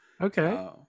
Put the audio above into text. Okay